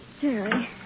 Jerry